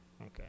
Okay